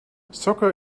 soccer